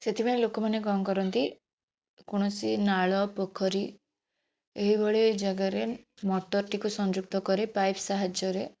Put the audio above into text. ସେଥିପାଇଁ ଲୋକମାନେ କ'ଣ କରନ୍ତି କୌଣସି ନାଳ ପୋଖରୀ ଏହିଭଳି ଜାଗାରେ ମଟର୍ଟି କୁ ସଂଯୁକ୍ତ କରି ପାଇପ ସାହଯ୍ୟରେ